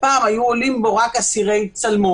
פעם היו עולים בו רק אסירי צלמון.